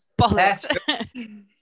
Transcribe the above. bollocks